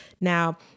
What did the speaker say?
Now